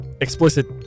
explicit